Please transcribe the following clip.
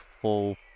full